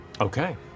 Okay